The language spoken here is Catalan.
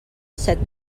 set